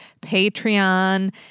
Patreon